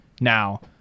Now